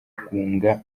rugunga